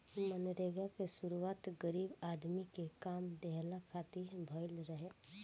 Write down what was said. मनरेगा के शुरुआत गरीब आदमी के काम देहला खातिर भइल रहे